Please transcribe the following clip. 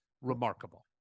remarkable